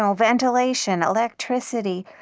um ventilation, electricity,